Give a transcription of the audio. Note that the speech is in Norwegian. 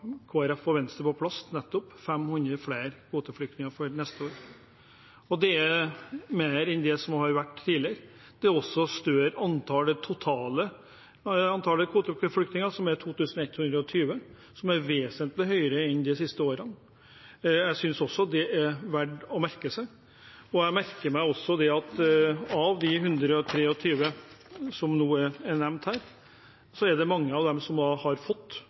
Folkeparti og Venstre på plass nettopp 500 flere kvoteflyktninger for neste år, og det er mer enn det som har vært tidligere. Det totale antallet kvoteflyktninger er også større, 2 120, som er vesentlig høyere enn de siste årene. Jeg synes også det er verdt å merke seg. Jeg merker meg også at av de 123 som nå er nevnt, er det mange som nå har fått